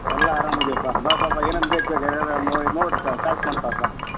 ಎಲ್ಲ ಆರಾಮು ಅದೀವಪ್ಪ ಬಾ ಬಾ ಬಾ ಏನೇನು ಬೇಕು ಬೇಕು ನೋಡಿ ಚಾಯ್ಸ್ ಮಾಡ್ಕೊಳಪ್ಪ